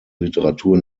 literatur